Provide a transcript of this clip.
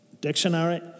dictionary